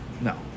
No